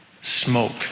smoke